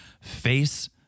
face